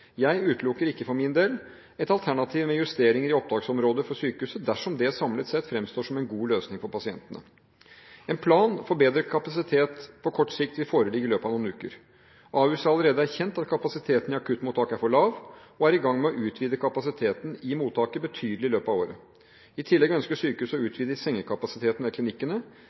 Jeg utelukker ikke for min del et alternativ med justeringer i opptaksområdet for sykehuset dersom det samlet sett fremstår som en god løsning for pasientene. En plan for bedre kapasitet på kort sikt vil foreligge i løpet av noen uker. Ahus har allerede erkjent at kapasiteten i akuttmottaket er for lav, og er i gang med å utvide kapasiteten i mottaket betydelig i løpet av året. I tillegg ønsker sykehuset å utvide sengekapasiteten ved klinikkene.